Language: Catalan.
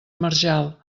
marjal